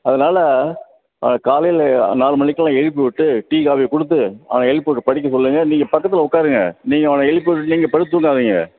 அதனால் காலையில நாலு மணிக்கெல்லாம் எழுப்பி விட்டு டீ காஃபி கொடுத்து அவனை எழுப்பிவிட்டு படிக்க சொல்லுங்கள் நீங்கள் பக்கத்தில் உக்காருங்க நீங்கள் அவனை எழுப்பி விட்டுவிட்டு நீங்கள் படுத்து தூங்காதிங்க